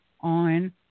on